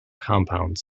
compounds